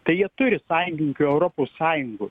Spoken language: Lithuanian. tai jie turi sąjungininkių europos sąjungoj